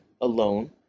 alone